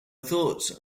thoughts